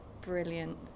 brilliant